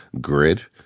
grid